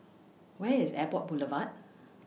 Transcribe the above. Where IS Airport Boulevard